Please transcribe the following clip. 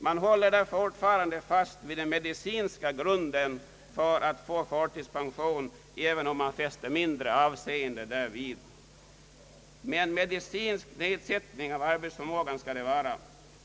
Man håller där fortfarande fast vid den medicinska grunden för att få förtidspension, även om man fäster mindre avseende därvid. Men medicinsk nedsättning av arbetsförmågan skall det vara.